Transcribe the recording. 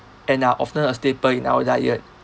and are often a staple in our diet